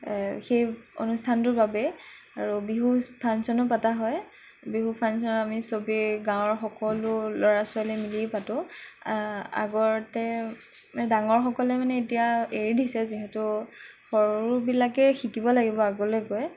সেই অনুষ্ঠানটোৰ বাবেই আৰু বিহু ফাংচনো পতা হয় বিহু ফাংচন আমি চবেই গাঁৱৰ সকলো ল'ৰা ছোৱালীয়ে মিলি পাতোঁ আগতে ডাঙৰসকলে মানে এতিয়া এৰি দিছে যিহেতু সৰুবিলাকেই শিকিব লাগিব আগলৈ গৈ